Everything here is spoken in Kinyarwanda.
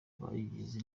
bagize